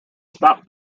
stopped